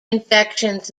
infections